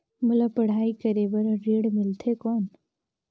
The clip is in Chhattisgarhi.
मोला पढ़ाई करे बर ऋण मिलथे कौन?